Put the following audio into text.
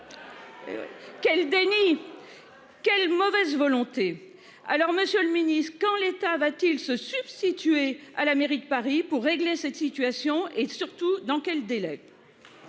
Quel déni. Quelle mauvaise volonté. Alors Monsieur le Ministre, quand l'état va-t-il se substituer à la mairie de Paris pour régler cette situation et surtout dans quel délai.